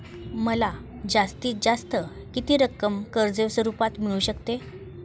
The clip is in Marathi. मला जास्तीत जास्त किती रक्कम कर्ज स्वरूपात मिळू शकते?